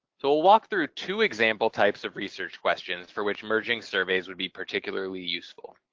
so we'll walk through two example types of research questions for which merging surveys would be particularly useful.